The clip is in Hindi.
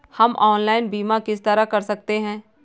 हम ऑनलाइन बीमा किस तरह कर सकते हैं?